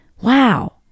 Wow